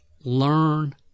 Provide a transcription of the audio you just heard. Learn